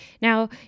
Now